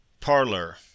parlor